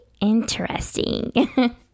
interesting